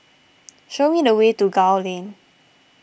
show me the way to Gul Lane